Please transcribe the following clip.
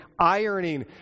ironing